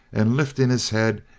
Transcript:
and lifting his head,